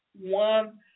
one